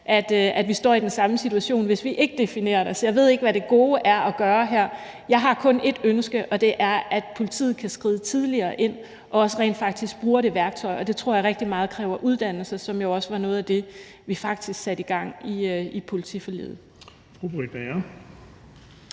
at vi står i den samme situation, hvis vi ikke definerer det. Så jeg ved ikke, hvad det gode er at gøre her. Jeg har kun ét ønske, og det er, at politiet kan skride tidligere ind, og at de rent faktisk også bruger det værktøj, og det tror jeg rigtig meget kræver uddannelse, som jo også var noget af det, vi faktisk satte i gang med politiforliget.